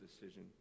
decision